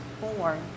born